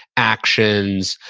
actions,